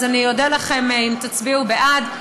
אז אני אודה לכם אם תצביעו בעד.